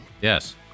Yes